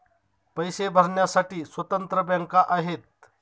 पैसे भरण्यासाठी स्वतंत्र बँका आहेत